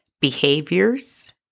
behaviors